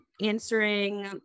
answering